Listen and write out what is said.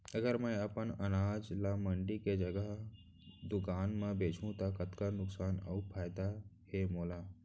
अगर मैं अपन अनाज ला मंडी के जगह दुकान म बेचहूँ त कतका नुकसान अऊ फायदा हे मोला?